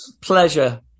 Pleasure